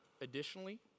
additionally